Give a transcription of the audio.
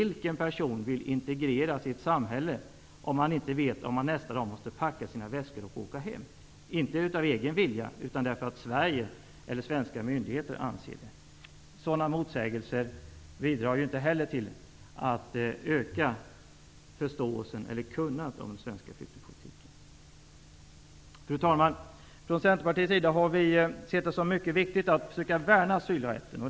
Vilken person vill integreras i ett samhälle om han inte vet om han nästa dag måste packa sina väskor och åka hem, inte av egen vilja utan därför att Sverige eller svenska myndigheter vill det? Sådana motsägelser bidrar inte heller till att öka kunnandet om den svenska flyktingpolitiken. Fru talman! Från Centerpartiets sida har vi sett det som mycket viktigt att försöka värna asylrätten.